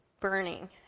burning